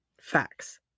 facts